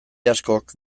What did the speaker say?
askok